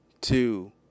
two